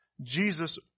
Jesus